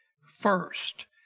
first